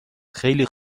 خیلی